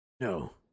No